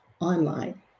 online